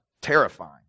terrifying